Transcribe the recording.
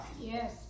Yes